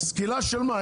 סקילה של מה?